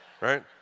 Right